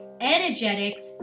energetics